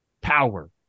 power